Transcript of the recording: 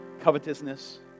covetousness